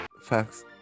facts